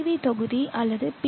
we தொகுதி அல்லது B